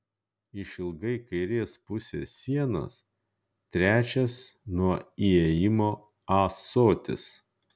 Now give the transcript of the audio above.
išilgai kairės pusės sienos trečias nuo įėjimo ąsotis